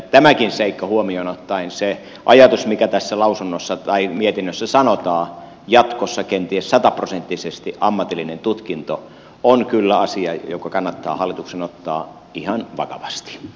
tämäkin seikka huomioon ottaen se ajatus mikä tässä mietinnössä sanotaan jatkossa kenties sataprosenttisesti ammatillinen tutkinto on kyllä asia joka kannattaa hallituksen ottaa ihan vakavasti